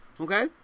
Okay